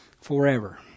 forever